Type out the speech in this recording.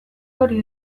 hori